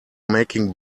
making